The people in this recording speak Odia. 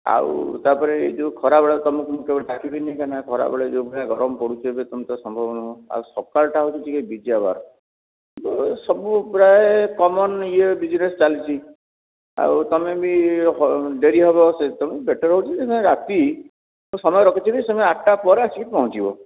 ଆଉ ତା'ପରେ ଏ ଯେଉଁ ଖରାବେଳରେ ତମକୁ ମୁଁ କେବେ ଡାକିବିନି କାରଣ ଖରାବେଳେ ଯେଉଁଭଳିଆ ଗରମ ପଡ଼ୁଛି ଏବେ ତେଣୁ ତ ସମ୍ଭବ ନୁହଁ ଆଉ ସକାଳଟା ହେଉଛି ବିଜି ଆୱାର ସବୁ ପ୍ରାୟ କମନ୍ ଇୟେ ବିଜନେସ୍ ଚାଲିଛି ଆଉ ତମେ ବି ଡେରି ହେବ ସେ ତେଣୁ ବେଟର୍ ହେଉଛି ରାତି ସମୟ ରଖିଥିବି ତମେ ଆଠଟା ପରେ ଆସି ପହଞ୍ଚିବ